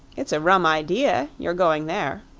it's a rum idea, your going there.